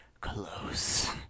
close